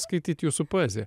skaityt jūsų poeziją